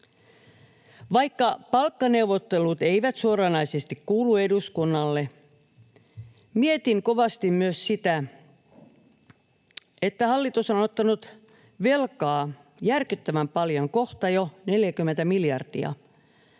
Vaikka palkkaneuvottelut eivät suoranaisesti kuulu eduskunnalle, mietin kovasti myös sitä, että hallitus on ottanut velkaa järkyttävän paljon, kohta jo 40 miljardia.